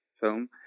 Film